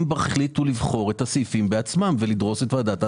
הם החליטו לבחור את הסעיפים בעצמם ולדרוס את ועדת ההסכמות.